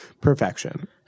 Perfection